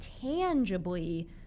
tangibly